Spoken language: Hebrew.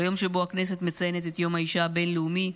ביום שבו הכנסת מציינת את יום האישה הבין-לאומי,